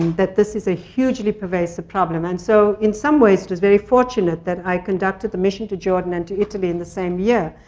that this is a hugely pervasive problem. and so, in some ways, it was very fortunate that i conducted the mission to jordan and to italy in the same year.